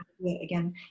again